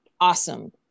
awesome